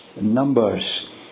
numbers